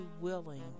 willing